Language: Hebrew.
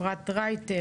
אפרת רייטן,